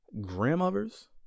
grandmothers